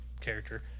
character